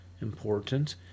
important